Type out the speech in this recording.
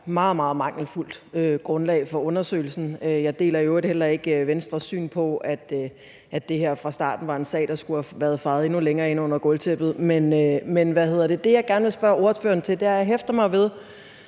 meget mangelfuldt grundlag for undersøgelsen. Jeg deler i øvrigt heller ikke Venstres syn på, at det her fra starten var en sag, der skulle have været fejet endnu længere ind under gulvtæppet. Men det, jeg gerne vil spørge ordføreren til, er, at jeg hæfter